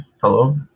Hello